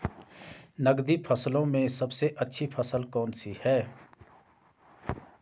नकदी फसलों में सबसे अच्छी फसल कौन सी है?